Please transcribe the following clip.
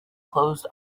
closed